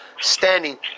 standing